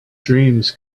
dreams